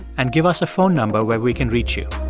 and give us a phone number where we can reach you